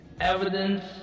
evidence